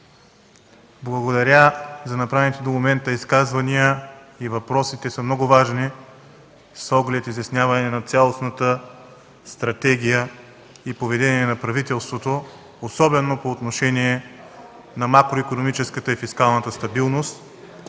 Благодаря за направените до момента изказвания. Въпросите са много важни с оглед изясняване на цялостната стратегия и поведение на правителството, особено по отношение на макроикономическата и фискалната стабилност.